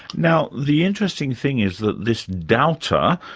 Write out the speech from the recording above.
now the interesting thing is that this doubter,